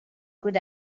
good